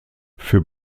für